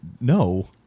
No